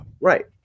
Right